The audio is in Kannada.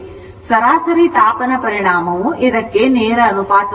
ಆದ್ದರಿಂದ ಸರಾಸರಿ ತಾಪನ ಪರಿಣಾಮವು ಇದಕ್ಕೆ ನೇರ ಅನುಪಾತದಲ್ಲಿರುತ್ತದೆ